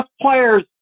players